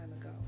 ago